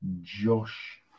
Josh